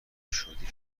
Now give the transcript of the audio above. شدی